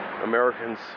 Americans